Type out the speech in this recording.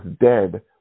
dead